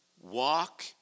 Walk